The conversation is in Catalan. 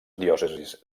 diòcesis